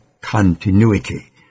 continuity